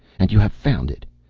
and you have found it!